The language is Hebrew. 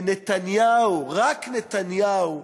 ונתניהו, רק נתניהו,